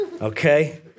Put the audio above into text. okay